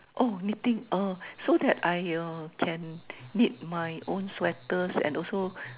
oh knitting uh so that I uh can knit my own sweaters and also